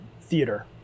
theater